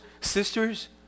sisters